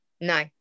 No